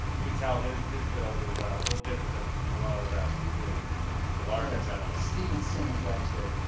you can tell his his build is a little different than a lot of the rest. he's a a larger gentleman. cooper steven simmons actually.